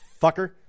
fucker